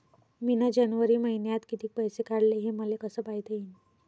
मिन जनवरी मईन्यात कितीक पैसे काढले, हे मले कस पायता येईन?